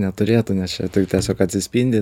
neturėtų nes čia tik tiesiog atsispindi